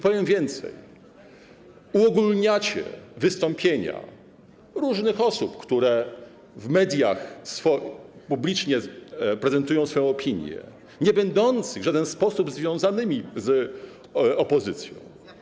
Powiem więcej: uogólniacie wystąpienia różnych osób, które w mediach publicznie prezentują swoją opinię, osób niebędących w żaden sposób związanymi z opozycją.